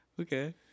Okay